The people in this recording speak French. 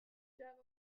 quarante